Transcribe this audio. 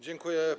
Dziękuję.